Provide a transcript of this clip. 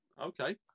Okay